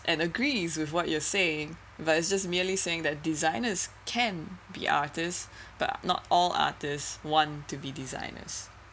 and agrees with what you're saying but it's just merely saying that designers can be artist but not all artist want to be designers